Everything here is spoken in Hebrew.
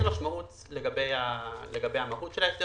משמעות לגבי המהות של ההסדר